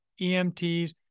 EMTs